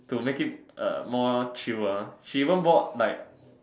to make it uh more chill ah she even bought like